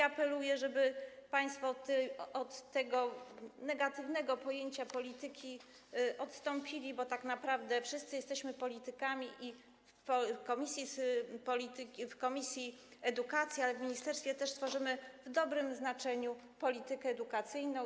Apeluję, żeby państwo od tego negatywnego pojęcia polityki odstąpili, bo tak naprawdę wszyscy jesteśmy politykami i w komisji edukacji, ale też w ministerstwie tworzymy w dobrym znaczeniu politykę edukacyjną.